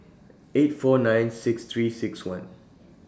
eight four nine six three six one